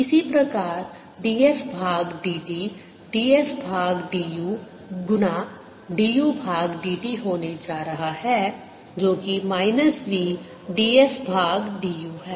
इसी प्रकार df भाग dt df भाग du गुना du भाग dt होने जा रहा है जो कि माइनस v df भाग du है